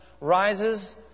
rises